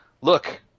Look